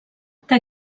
que